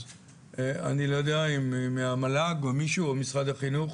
אני לא יודע אם מהמל"ג או משרד החינוך